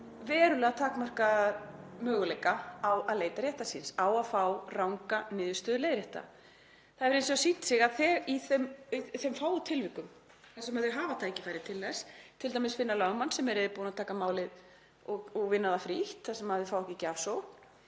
verulega takmarkaða möguleika á að leita réttar síns, á að fá ranga niðurstöðu leiðrétta. Það hefur hins vegar sýnt sig að í þeim fáu tilvikum þar sem þau hafa tækifæri til þess, t.d. finna lögmann sem er reiðubúinn að taka málið og vinna það frítt þar sem þau fá ekki gjafsókn,